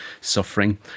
suffering